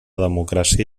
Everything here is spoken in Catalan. democràcia